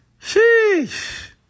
Sheesh